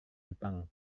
jepang